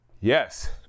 yes